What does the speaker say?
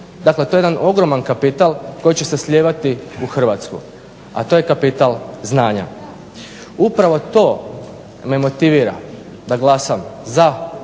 Dakle, to je jedan ogroman kapital koji će se slijevati u Hrvatsku, a to je kapital znanja. Upravo to me motivira da glasam za pristup